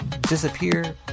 disappear